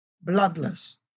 bloodless